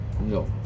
No